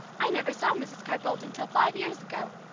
i never saw mrs. carr bolt until five years ago.